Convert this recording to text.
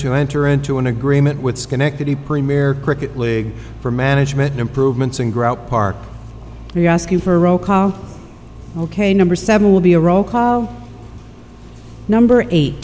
to enter into an agreement with schenectady premier cricket league for management improvements and grout park are you asking for ok number seven will be a roll call number eight